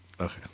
Okay